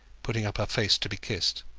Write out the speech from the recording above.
putting up her face to be kissed.